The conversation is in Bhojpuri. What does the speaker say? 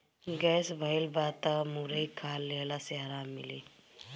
गैस भइल बा तअ मुरई खा लेहला से आराम मिली